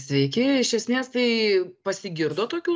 sveiki iš esmės tai pasigirdo tokių